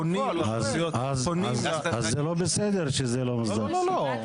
פונים לרשויות --- אז זה לא בסדר שזה לא מוסדר.